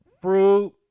fruit